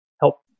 help